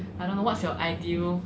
I don't know what's your ideal